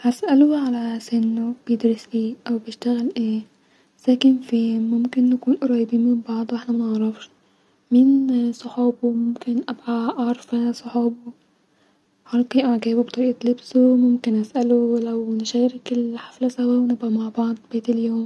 هسألو علي سنو-بيدرس ايه-او بيشتغل أيه-ساكن فين ممكن نكون قريبين من بعض واحنا منعرفش- مين صحابو ممكن اب-قي عارفه صحابو-هلقي اعجابو بطريقه لبسو-ممكن اسألو لو نشارك بقيت الحفله سوا ونبقي مع بعض بقيت اليوم